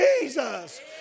Jesus